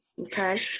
Okay